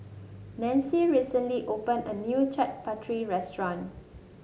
Nanci recently opened a new Chaat Papri restaurant